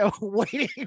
Waiting